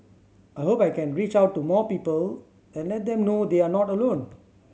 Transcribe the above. I hope I can reach out to more people and let them know they're not alone